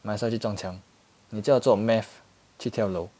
马上去撞墙你叫我做 math 去跳楼